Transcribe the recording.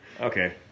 Okay